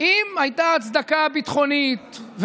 הייתה הצדקה ביטחונית,